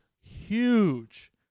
huge